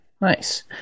nice